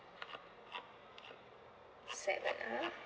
seven ah